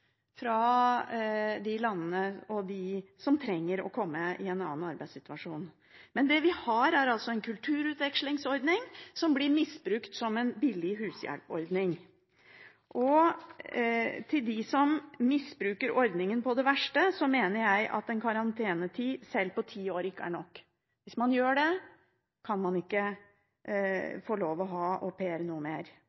fra disse landene og for dem som trenger å komme i en annen arbeidssituasjon. Det vi har, er altså en kulturutvekslingsordning som blir misbrukt som en billig hushjelpsordning. Når det gjelder dem som misbruker ordningen på det verste, mener jeg at selv en karantenetid på ti år ikke er nok. Hvis man gjør det, kan man ikke